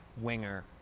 winger